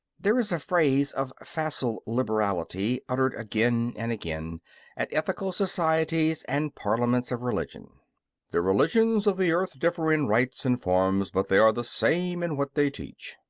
there is a phrase of facile liberality uttered again and again at ethical societies and parliaments of religion the religions of the earth differ in rites and forms, but they are the same in what they teach.